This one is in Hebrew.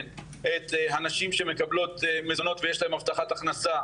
את הנשים שמקבלות מזונות ויש להן הבטחת הכנסה,